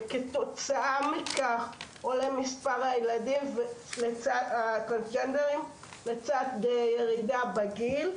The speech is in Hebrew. וכתוצאה מכך עולה מספר הילדים הטרנסג'נדרים לצד ירידה בגיל,